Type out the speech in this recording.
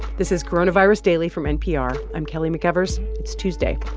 this is coronavirus daily from npr. i'm kelly mcevers. it's tuesday,